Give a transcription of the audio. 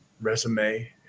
resume